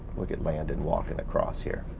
look at landon walking across here,